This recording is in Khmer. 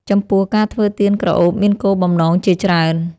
ចំពោះ ការធ្វើទៀនក្រអូបមានគោលបំណងជាច្រើន។